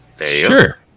Sure